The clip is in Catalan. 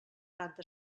tanta